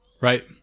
Right